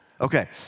Okay